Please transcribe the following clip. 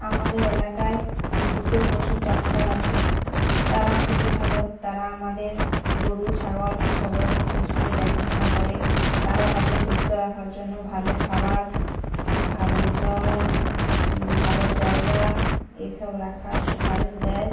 আমাদের এলাকায় দুটো পশুর ডাক্তার আছে তারা খুবই ভালো তারা আমাদের গরু ছাগল সব রকম পশুদের দেখাশোনা করে তারা তাদের সুস্থ রাখার জন্য ভালো খাবার ভালো জল ভালো জায়গা এসব রাখার সুপারিশ দেয়